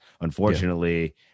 Unfortunately